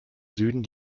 süden